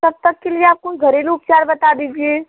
तब तक के लिए आप कोई घरेलू उपचार बता दीजिए